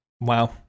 wow